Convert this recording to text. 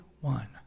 one